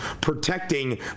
protecting